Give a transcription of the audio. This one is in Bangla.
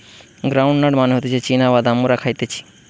গ্রাউন্ড নাট মানে হতিছে চীনা বাদাম মোরা খাইতেছি